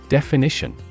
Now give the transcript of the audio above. Definition